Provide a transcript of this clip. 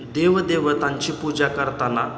देव देवतांची पूजा करताना